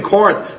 Corinth